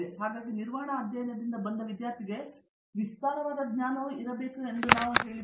ಹಾಗಾಗಿ ನಿರ್ವಹಣಾ ಅಧ್ಯಯನದಿಂದ ಬಂದ ವಿದ್ಯಾರ್ಥಿಗೆ ವಿಸ್ತಾರವಾದ ಜ್ಞಾನವೂ ಇರಬೇಕು ಎಂದು ನಾವು ಹೇಳಿದ್ದೇವೆ